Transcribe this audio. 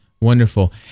Wonderful